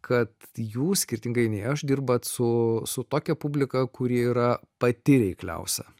kad jūs skirtingai nei aš dirbat su su tokia publika kuri yra pati reikliausia